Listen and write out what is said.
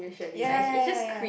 ya ya ya ya